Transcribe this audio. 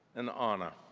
an honor.